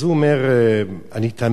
אז הוא אומר: "אני תמה,